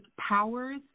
powers